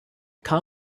come